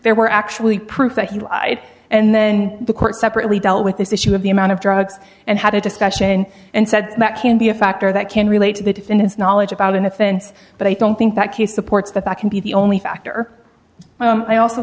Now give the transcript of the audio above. there were actually proof that he lied and then the court separately dealt with this issue of the amount of drugs and had a discussion and said that can be a factor that can relate to the defendant's knowledge about an offense but i don't think that case supports that that can be the only factor i also